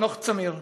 חנוך צמיר,